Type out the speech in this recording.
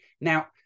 Now